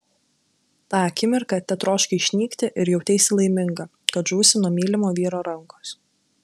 tą akimirką tetroškai išnykti ir jauteisi laiminga kad žūsi nuo mylimo vyro rankos